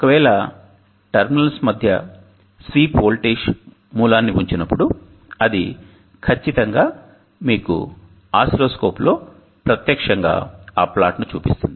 ఒకవేళ టెర్మినల్స్ మధ్య sweep voltage మూలాన్ని ఉంచినప్పుడు అది ఖచ్చితంగా మీకు ఆస్సిల్లోస్కోప్లో ప్రత్యక్షంగా ఆ ప్లాటును చూపిస్తుంది